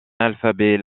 alphabet